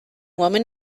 woman